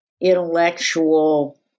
intellectual